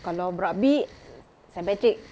kalau rugby saint patrick